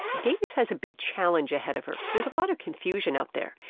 davis has a big challenge ahead of her. there's a lot of confusion out there.